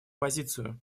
позицию